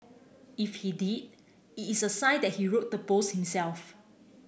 if he did is it's a sign that he wrote the post himself